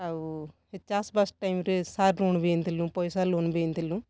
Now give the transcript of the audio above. ଆଉ ସେ ଚାଷ୍ ବାସ୍ ଟାଇମ୍ରେ ସାର୍ ଋଣ୍ ବି ଆଣିଥିଲୁଁ ପଇସା ଲୋନ୍ ବି ଆଣିଥିଲୁ